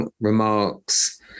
remarks